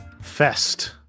fest